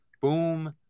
boom